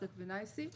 נאסד"ק ונייסי.